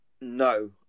no